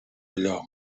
allò